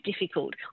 difficult